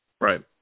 Right